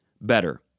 better